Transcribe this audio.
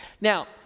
Now